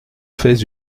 fais